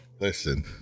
Listen